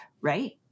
right